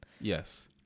yes